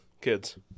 Kids